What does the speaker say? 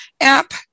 app